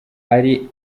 hari